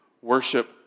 Worship